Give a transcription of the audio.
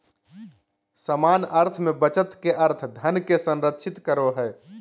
सामान्य अर्थ में बचत के अर्थ धन के संरक्षित करो हइ